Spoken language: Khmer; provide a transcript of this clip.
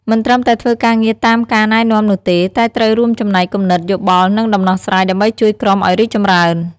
មិនត្រឹមតែធ្វើការងារតាមការណែនាំនោះទេ តែត្រូវរួមចំណែកគំនិត យោបល់ និងដំណោះស្រាយ ដើម្បីជួយក្រុមឱ្យរីកចម្រើន។